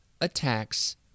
attacks